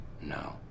No